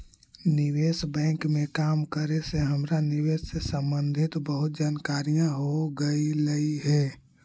निवेश बैंक में काम करे से हमरा निवेश से संबंधित बहुत जानकारियाँ हो गईलई हे